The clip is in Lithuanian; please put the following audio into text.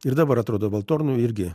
ir dabar atrodo valtornų irgi